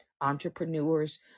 entrepreneurs